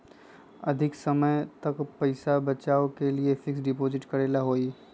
अधिक समय तक पईसा बचाव के लिए फिक्स डिपॉजिट करेला होयई?